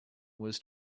was